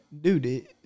dude